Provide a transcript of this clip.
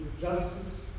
justice